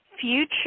future